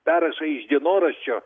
perrašai iš dienoraščio